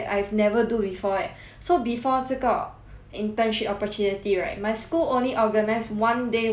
so before 这个 internship opportunity right my school only organize one day workshop for us to learn this